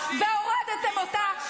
מדינת ישראל לא תשרוד אתכם.